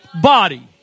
body